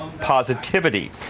positivity